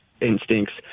instincts